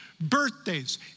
birthdays